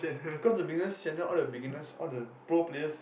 cause the beginners channel all the beginners all the pro players